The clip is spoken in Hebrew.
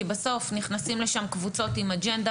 כי בסוף נכנסות לשם קבוצות עם אג'נדה